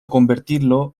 convertirlo